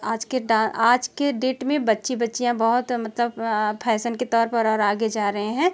आज के डांस आज के डेट में बच्चे बच्चियाँ मतलब बहुत फैशन के तौर पर और आगे जा रहे हैं